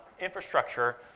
infrastructure